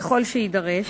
ככל שיידרש,